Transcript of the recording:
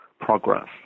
progress